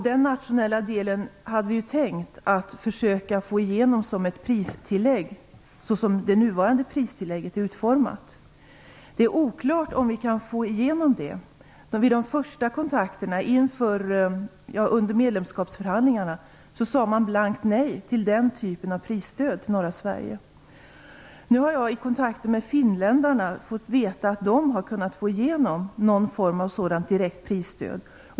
Den nationella delen hade vi tänkt försöka få igenom som ett pristillägg, så som det nuvarande pristillägget är utformat. Det är oklart om vi kan få igenom det. Vid de första kontakterna under medlemskapsförhandlingarna sade man blankt nej till den typen av prisstöd till norra Sverige. Nu har jag i kontakter med finländarna fått veta att de har kunnat få igenom någon form av sådant direkt prisstöd.